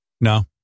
no